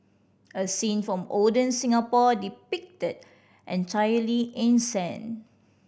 a scene from olden Singapore depicted entirely in sand